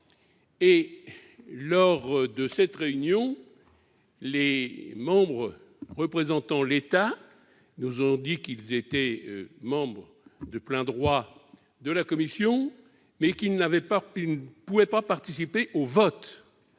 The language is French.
Lors de cette réunion, les représentants de l'État nous ont dit qu'ils étaient membres de plein droit de la commission, mais qu'ils ne pouvaient pas prendre part au vote.